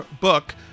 book